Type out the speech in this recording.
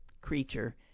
creature